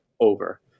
over